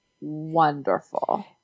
wonderful